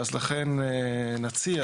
לכן נציע